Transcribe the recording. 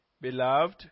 Beloved